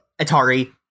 Atari